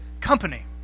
company